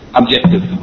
objective